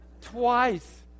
twice